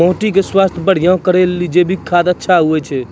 माटी के स्वास्थ्य बढ़िया करै ले जैविक खाद अच्छा होय छै?